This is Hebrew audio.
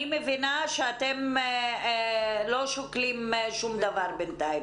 אני מבינה שאתם לא שוקלים שום דבר בינתיים